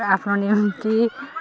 आफ्नो नियम कि